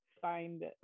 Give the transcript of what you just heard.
find